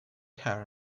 her